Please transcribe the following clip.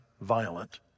violent